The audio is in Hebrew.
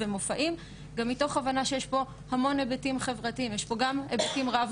לקבוצה הצעירה טיק-טוק והרשתות החברתיות הן הזירה הפגיעה במיוחד.